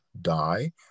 die